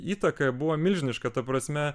įtaka buvo milžiniška ta prasme